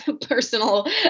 personal